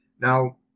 Now